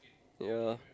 yeah